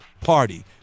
party